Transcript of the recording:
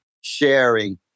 sharing